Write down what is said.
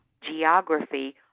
geography